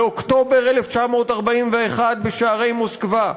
באוקטובר 1941, בשערי מוסקבה.